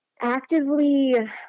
actively